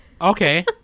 Okay